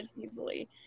easily